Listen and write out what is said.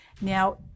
Now